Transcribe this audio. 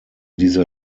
diese